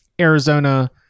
Arizona